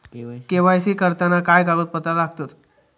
KYC करताना काय कागदपत्रा लागतत?